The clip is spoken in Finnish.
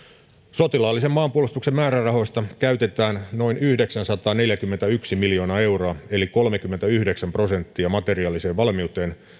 sotilaallisen maanpuolustuksen määrärahoista käytetään noin yhdeksänsataaneljäkymmentäyksi miljoonaa euroa eli kolmekymmentäyhdeksän prosenttia materiaaliseen valmiuteen